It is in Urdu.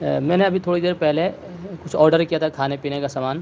میں نے ابھی تھوڑی دیر پہلے کچھ آڈر کیا تھا کھانے پینے کا سامان